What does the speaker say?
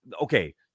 Okay